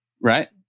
Right